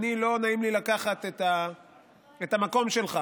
לא נעים לי לקחת את המקום שלך,